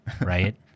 right